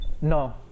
No